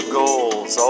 goals